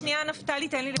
שנייה נפתלי, תן לי לסיים.